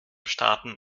starten